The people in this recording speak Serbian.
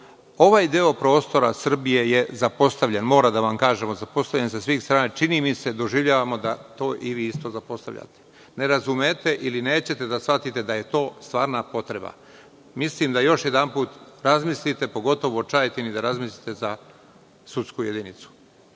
Ovaj deo prostora Srbije je zapostavljen, moramo da vam kažemo, zapostavljen sa svih strana. Čini mi se doživljavamo da to i vi isto zapostavljate. Ne razumete ili nećete da shvatite da je to stvarna potreba. Mislim, da još jednom razmisliti, pogotovo o Čajetini, za sudsku jedinicu.